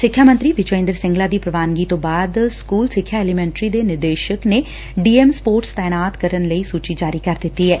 ਸਿੱਖਿਆ ਮੌਤਰੀ ਵਿਜੈ ਇੰਦਰ ਸਿੰਗਲਾ ਦੀ ਪੁਵਾਨਗੀ ਤੌ ਬਾਅਦ ਸਕੁਲ ਸਿੱਖਿਆ ਐਲੀਸੈਂਟਰੀ ਦੇ ਨਿਦੇਸਕ ਨੇ ਡੀਐਮ ਸਪੋਰਟਸ ਤਾਇਨਾਤ ਕਰਨ ਲਈ ਸੁਚੀ ਜਾਰੀ ਕਰ ਦਿੱਤੀ ਐ